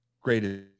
great